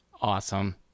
Awesome